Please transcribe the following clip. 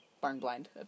barn-blind